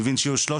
מבין שיהיו 13